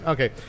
Okay